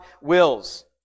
wills